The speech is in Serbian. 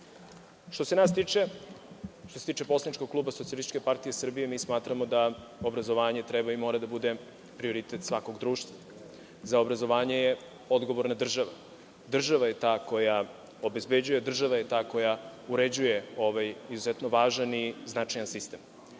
se nas tiče, što se tiče Poslaničkog kluba Socijalističke partije Srbije, mi smatramo da obrazovanje treba i mora da bude prioritet svakog društva. Za obrazovanje je odgovorna država. Država je ta koja obezbeđuje i država je ta koja uređuje ovaj izuzetno važan i značajan sistem. Kada